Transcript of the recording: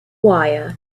wire